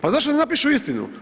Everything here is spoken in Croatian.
Pa zašto ne napišu istinu?